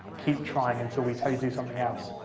keep trying until we tell you to do something else,